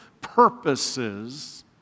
purposes